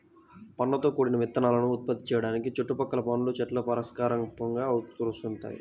పండ్లతో కూడిన విత్తనాలను ఉత్పత్తి చేయడానికి చుట్టుపక్కల పండ్ల చెట్ల పరాగసంపర్కం అవసరమవుతుంది